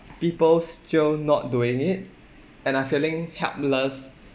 people still not doing it and are feeling helpless